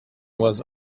was